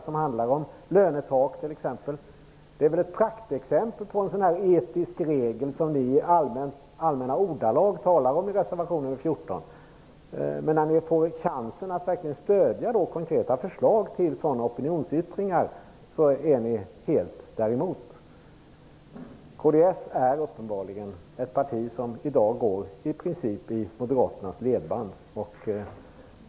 Det handlar t.ex. om lönetak, som är ett praktexempel på en sådan etisk regel som ni i allmänna ordalag talar om i reservation nr 14. Men när ni får chansen att verkligen stödja konkreta förslag till sådana opinionsyttringar är ni helt emot. Kds är uppenbarligen ett parti som i dag i princip går i moderaternas ledband.